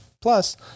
Plus